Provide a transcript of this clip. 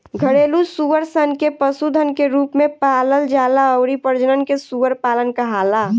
घरेलु सूअर सन के पशुधन के रूप में पालल जाला अउरी प्रजनन के सूअर पालन कहाला